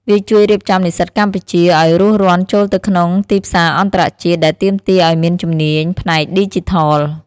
វាជួយរៀបចំនិស្សិតកម្ពុជាឱ្យរួសរាន់ចូលទៅក្នុងទីផ្សារអន្តរជាតិ ដែលទាមទារឱ្យមានជំនាញផ្នែកឌីជីថល។